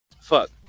Fuck